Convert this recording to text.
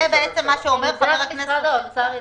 זה מה שאומר חבר הכנסת אופיר כץ.